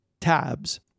tabs